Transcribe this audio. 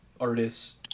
artists